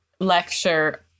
lecture